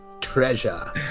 Treasure